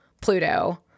Pluto